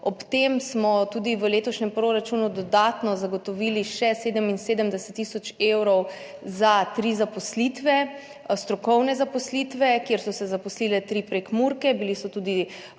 Ob tem smo tudi v letošnjem proračunu dodatno zagotovili še 77 tisoč evrov za tri zaposlitve, strokovne zaposlitve, kjer so se zaposlile tri Prekmurke, seveda